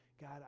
God